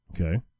okay